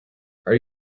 are